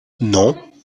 non